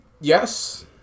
Yes